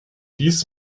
dies